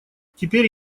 теперь